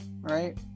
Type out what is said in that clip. right